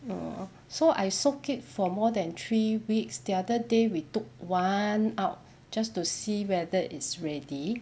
oh so I soak it for more than three weeks the other day we took one out just to see whether it's ready